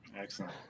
excellent